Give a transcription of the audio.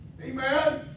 Amen